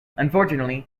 unfortunately